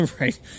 right